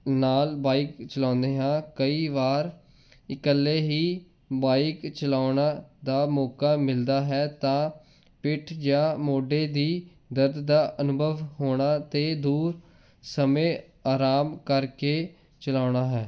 ਨਾਲ ਬਾਈਕ ਚਲਾਉਂਦੇ ਹਾਂ ਕਈ ਵਾਰ ਇਕੱਲੇ ਹੀ ਬਾਈਕ ਚਲਾਉਣਾ ਦਾ ਮੌਕਾ ਮਿਲਦਾ ਹੈ ਤਾਂ ਪਿੱਠ ਜਾਂ ਮੋਢੇ ਦੀ ਦਰਦ ਦਾ ਅਨੁਭਵ ਹੋਣਾ ਅਤੇ ਦੂਰ ਸਮੇਂ ਆਰਾਮ ਕਰਕੇ ਚਲਾਉਣਾ ਹੈ